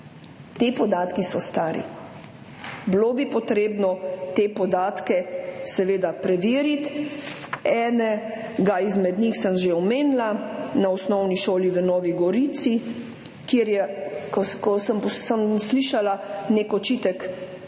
Ti podatki so stari. Bilo bi potrebno te podatke seveda preveriti, enega izmed njih sem že omenila, na osnovni šoli v Novi Gorici, kjer je – sem slišala nek očitek